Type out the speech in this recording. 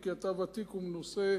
כי אתה ותיק ומנוסה,